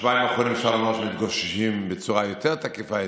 בשבועיים האחרונים אפשר לומר שמתגוששים בצורה יותר תקיפה,